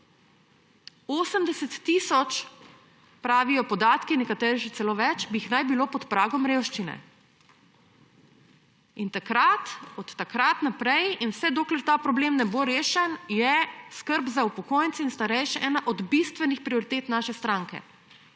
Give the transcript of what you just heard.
80 tisoč, pravijo podatki, nekateri še celo več, bi naj jih bilo pod pragom revščine. In od takrat naprej in vse dokler ta problem ne bo rešen, je skrb za upokojence in starejše ena od bistvenih prioritet naše stranke;